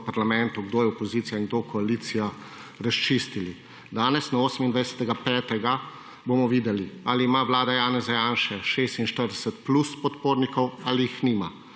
kdo je opozicija in kdo koalicija razčistili. Danes na 28. 5. bomo videli ali ima Vlada Janeza Janše 46 plus podpornikov ali jih nima.